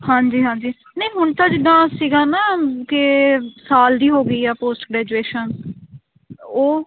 ਹਾਂਜੀ ਹਾਂਜੀ ਨਹੀਂ ਹੁਣ ਤਾਂ ਜਿੱਦਾਂ ਸੀਗਾ ਨਾ ਕਿ ਸਾਲ ਦੀ ਹੋ ਗਈ ਆ ਪੋਸਟ ਗ੍ਰੈਜੂਏਸ਼ਨ ਉਹ